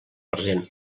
present